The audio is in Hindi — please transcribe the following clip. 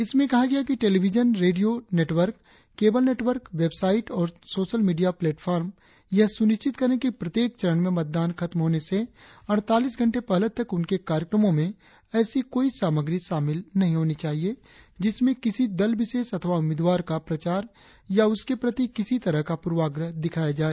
इसमें कहा गया है कि television radio channel cable network website तथा सोशल मीडिया प्लेटफार्म यह सुनिश्चित करें कि प्रत्येक चरण में मतदान खत्म होने से अड़तालीस घण्टे पहले तक उनके कार्यक्रमों में ऐसी कोई सामग्री शामिल नही होनी चाहिए जिसमें किसी दल विशेष अथवा उम्मीदवार का प्रचार या उसके प्रति किसी तरह का पूर्वाग्रह दिखाया जाए